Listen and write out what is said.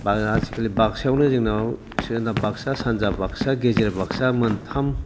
एबा आजिखालि बाक्सायावनो जोंनाव सोनाब बाक्सा सानजा बाक्सा गेजेर बाक्सा मोनथाम